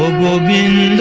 will be